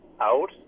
out